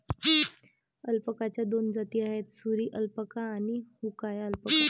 अल्पाकाच्या दोन जाती आहेत, सुरी अल्पाका आणि हुआकाया अल्पाका